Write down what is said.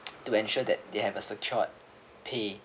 to ensure that they have a secured pay